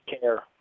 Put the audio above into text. care